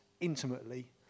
intimately